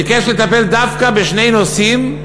ביקש לטפל דווקא בשני נושאים,